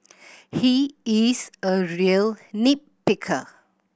he is a real nit picker